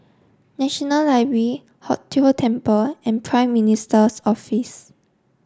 National Library Hong Tho Temple and Prime Minister's Office